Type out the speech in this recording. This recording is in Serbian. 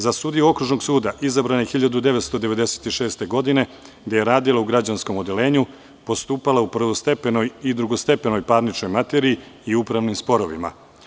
Za sudiju Okružnog suda izabrana je 1996. godine, gde je radila u građanskom odeljenju, postupala u prvostepenoj i drugostepenoj parničnoj materiji i upravnim sporovima.